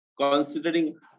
Considering